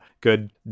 good